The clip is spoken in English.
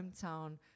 hometown